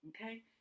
okay